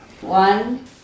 One